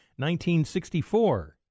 1964